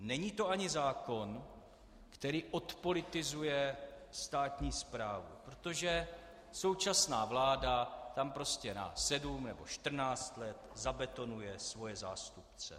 Není to ani zákon, který odpolitizuje státní správu, protože současná vláda tam prostě na sedm nebo čtrnáct let zabetonuje svoje zástupce.